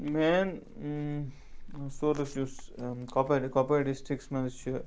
main source یُس کوٚپوارِ کوٚپوارِ ڈِسٹرکَس مَنٛز چھُ